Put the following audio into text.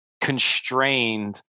constrained